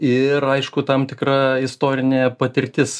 ir aišku tam tikra istorinė patirtis